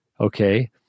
Okay